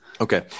Okay